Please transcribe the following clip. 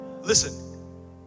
Listen